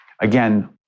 again